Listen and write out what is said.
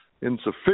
insufficient